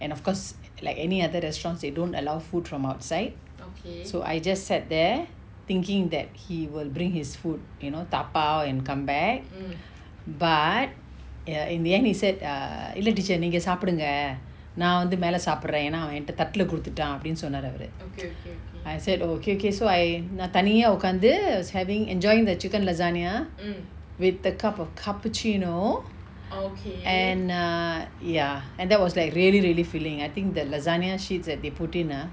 and of course like any other restaurants they don't allow food from outside so I just sat there thinking that he will bring his food you know dabao and come back but ya in the end he said err இல்ல:illa teacher நீங்க சாப்டுங்க நா வந்து மேல சாப்புடுர ஏனா அவ தட்டுல குடுத்துட்டா அபுடின்னு சொன்னாரு அவரு:neenga saapdunga na vanthu mela saapudura yena ava thattula kuduthuta apdinu sonnaru avaru I said okay okay so I நா தனியா உக்காந்து:na thaniya ukkanthu having enjoying the chicken lasagne with a cup of cappuccino and err ya that was like really really filling I think the lasagne sheets that they put in ah